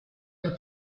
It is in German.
der